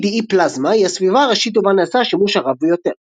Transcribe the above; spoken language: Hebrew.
KDE Plasma היא הסביבה הראשית ובה נעשה השימוש הרב ביותר.